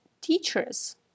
teachers